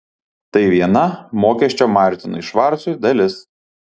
tai viena mokesčio martinui švarcui dalis